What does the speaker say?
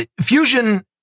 fusion